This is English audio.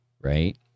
Right